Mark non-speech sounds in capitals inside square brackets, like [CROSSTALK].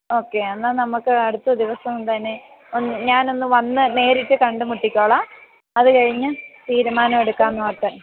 okay എന്നാൽ നമുക്ക് അടുത്ത ദിവസംതന്നെ ഒന്ന് ഞാനൊന്ന് വന്ന് നേരിട്ട് കണ്ടുമുട്ടിക്കോളാം അത് കഴിഞ്ഞ് തീരുമാനം എടുക്കാം എന്ന് [UNINTELLIGIBLE]